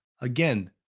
again